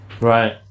Right